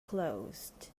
closed